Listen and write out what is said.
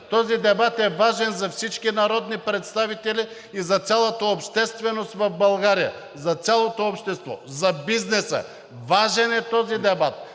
Този дебат е важен за всички народни представители и за цялата общественост в България, за цялото общество, за бизнеса. Важен е този дебат!